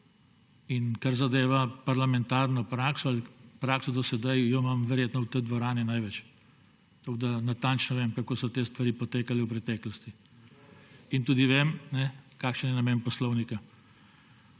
Kar zadeva parlamentarno prakso ali prakso do sedaj, jo imam verjetno v tej dvorani največ, tako da natančno vem, kako so te stvari potekale v preteklosti in tudi vem, kakšen je namen poslovnika.